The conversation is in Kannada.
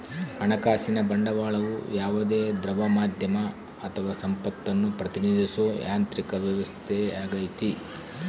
ಹಣಕಾಸಿನ ಬಂಡವಾಳವು ಯಾವುದೇ ದ್ರವ ಮಾಧ್ಯಮ ಅಥವಾ ಸಂಪತ್ತನ್ನು ಪ್ರತಿನಿಧಿಸೋ ಯಾಂತ್ರಿಕ ವ್ಯವಸ್ಥೆಯಾಗೈತಿ